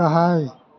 गाहाय